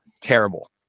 Terrible